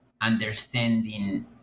understanding